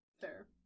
Fair